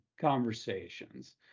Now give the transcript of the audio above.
conversations